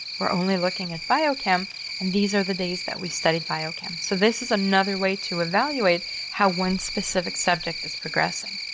we're only looking at biochem and these are the days that we studied biochem. so this is another way to evaluate how one specific subject is progressing.